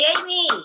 Amy